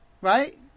Right